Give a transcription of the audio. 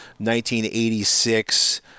1986